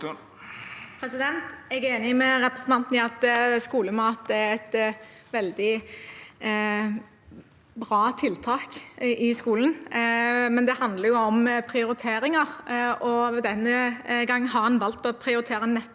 Jeg er enig med representanten i at skolemat er et veldig bra tiltak i skolen, men det handler om prioriteringer, og denne gangen har en valgt å prioritere